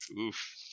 Oof